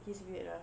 he's weird lah